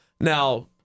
Now